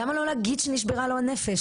למה לא להגיד שנשברה לו הנפש?